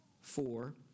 four